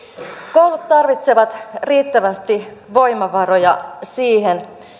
koulut tarvitsevat riittävästi voimavaroja siihen